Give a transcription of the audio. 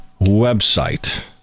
website